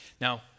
Now